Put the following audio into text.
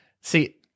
See